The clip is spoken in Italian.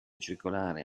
circolare